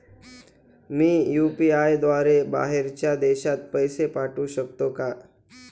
मी UPI द्वारे बाहेरच्या देशात पैसे पाठवू शकतो का?